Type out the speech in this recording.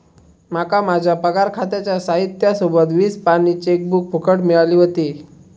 माका माझ्या पगार खात्याच्या साहित्या सोबत वीस पानी चेकबुक फुकट मिळाली व्हती